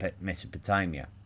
Mesopotamia